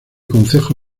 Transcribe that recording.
concejo